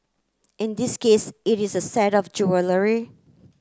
in this case it is a set of jewellery